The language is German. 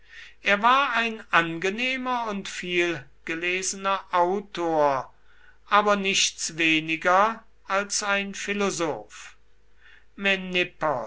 er war ein angenehmer und vielgelesener autor aber nichts weniger als ein philosoph